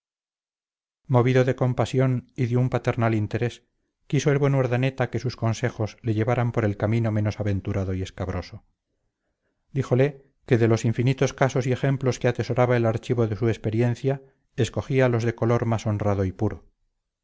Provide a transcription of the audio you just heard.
movido de compasión y de un paternal interés quiso el buen urdaneta que sus consejos le llevaran por el camino menos aventurado y escabroso díjole que de los infinitos casos y ejemplos que atesoraba el archivo de su experiencia escogía los de color más honrado y puro